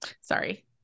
Sorry